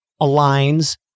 aligns